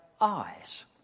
eyes